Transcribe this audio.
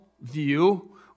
view